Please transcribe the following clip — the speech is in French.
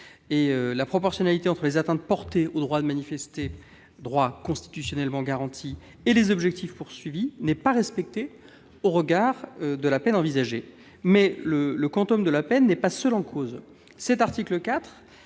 la proportionnalité entre les atteintes portées au droit de manifester- droit constitutionnellement garanti -et les objectifs visés n'est pas respectée au regard de la peine envisagée. Toutefois, le quantum de la peine n'est pas seul en cause.